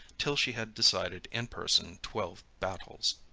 till she had decided in person twelve battles.